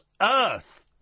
earth